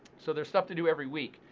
so there's stuff to do every week.